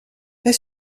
est